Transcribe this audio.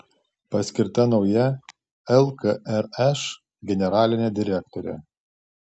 paskirta nauja lkrš generalinė direktorė